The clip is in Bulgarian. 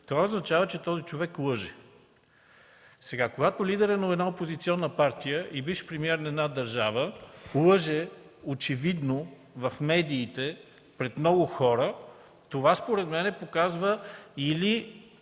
това означава, че този човек лъже. Когато лидерът на една опозиционна партия и бивш премиер на една държава лъже очевидно в медиите, пред много хора, според мен това показва или